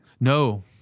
No